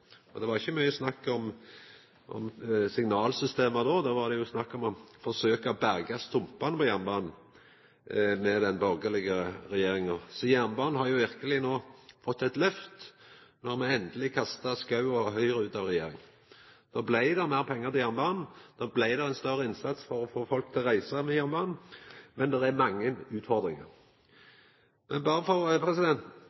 borgarlege regjeringa var det ikkje mykje snakk om signalsystem, då var det snakk om å forsøkja å berga stumpane for jernbanen. Så jernbanen fekk verkeleg eit lyft då me endeleg fekk kasta Schou og Høgre ut av regjering. Då blei det meir pengar til jernbanen, då blei det større innsats for å få folk til å reisa med jernbanen – men det er mange